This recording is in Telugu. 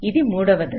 ఇది మూడవ దశ